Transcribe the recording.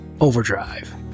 Overdrive